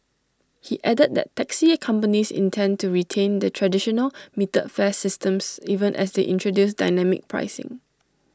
he added that taxi companies intend to retain the traditional metered fare systems even as they introduce dynamic pricing